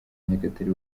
nyagatare